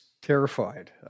terrified